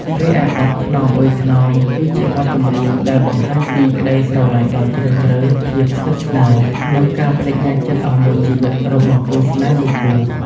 រីឯបទ ថ្នមអើយថ្នម គឺជាបទចម្រៀងដែលបង្ហាញពីក្តីស្រឡាញ់ដ៏ជ្រាលជ្រៅ ភាពស្និទ្ធស្នាល និងការប្តេជ្ញាចិត្តអស់មួយជីវិតរបស់គូស្នេហ៍មួយគូ។